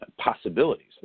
possibilities